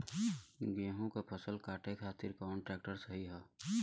गेहूँक फसल कांटे खातिर कौन ट्रैक्टर सही ह?